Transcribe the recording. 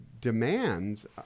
demands